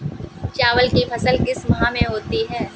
चावल की फसल किस माह में होती है?